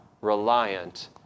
reliant